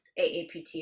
aapt